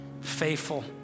faithful